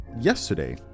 yesterday